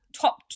Top